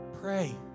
Pray